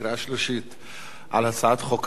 על הצעת חוק הנפט (תיקון מס' 6),